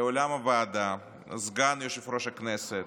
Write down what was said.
לאולם הוועדה סגן יושב-ראש הכנסת,